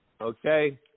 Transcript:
Okay